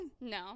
No